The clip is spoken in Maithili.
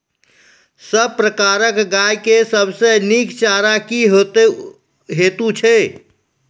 सब प्रकारक गाय के सबसे नीक चारा की हेतु छै?